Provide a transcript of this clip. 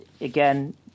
again